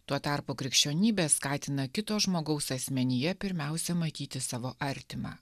tuo tarpu krikščionybė skatina kito žmogaus asmenyje pirmiausia matyti savo artimą